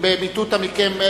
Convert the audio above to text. במטותא מכם.